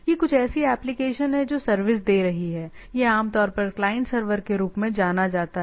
यह कुछ ऐसी एप्लीकेशन है जो सर्विस दे रही है यह आमतौर पर क्लाइंट सर्वर के रूप में जाना जाता है